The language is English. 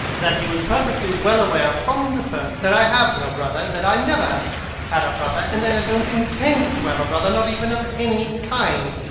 that he was perfectly well aware from the first that i have no brother, that i never had a brother, and that i don't intend to have a brother, not even of any kind.